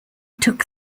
took